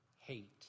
hate